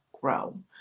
grow